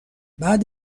بعد